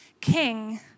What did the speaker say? King